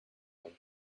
him